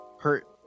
hurt